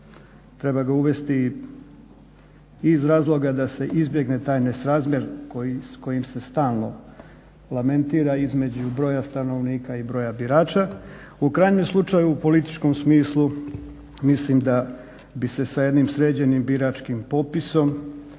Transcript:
Treba ga uvesti iz razloga da se izbjegne taj nesrazmjer s kojim se stalno lamentira između broja stanovnika i broja birača. U krajnjem slučaju u političkom smislu mislim da bi se sa jednim sređenim biračkim popisom